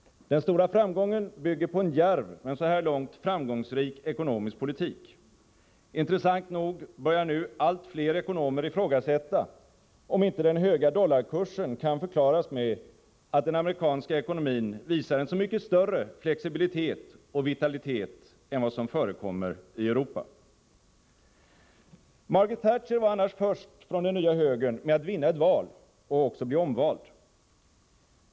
Den stora framgången bygger på en djärv men så här långt framgångsrik ekonomisk politik. Intressant nog börjar nu allt fler ekonomer ifrågasätta, om inte den höga dollarkursen kan förklaras med att den amerikanska ekonomin visar en så mycket större flexibilitet och vitalitet än vad som förekommer i Europa. Margaret Thatcher var annars först från den nya högern med att vinna ett val och också bli omvald.